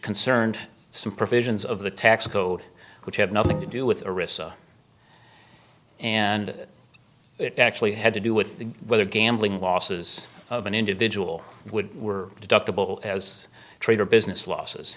concerned some provisions of the tax code which had nothing to do with arista and it actually had to do with the whether gambling losses of an individual would were deductible as trade or business losses